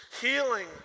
healing